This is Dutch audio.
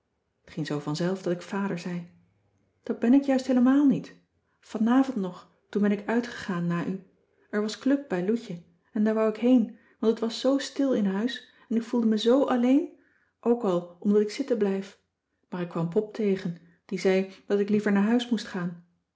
t ging zoo vanzelf dat ik vader zei dat ben ik juist heelemaal niet vanavond nog toen ben ik uitgegaan na u er was club bij loutje en daar wou ik heen want t was zoo stil in huis en ik voelde me zoo alleen ook al omdat ik zitten blijf maar ik kwam pop tegen die zei dat ik liever naar huis moest gaan